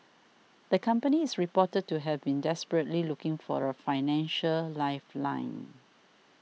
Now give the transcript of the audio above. the company is reported to have been desperately looking for a financial lifeline